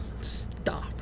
Stop